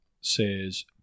says